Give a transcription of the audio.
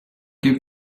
give